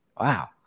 Wow